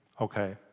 okay